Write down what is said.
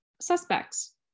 suspects